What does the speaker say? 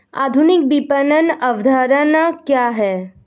आधुनिक विपणन अवधारणा क्या है?